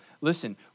listen